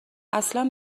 اصلن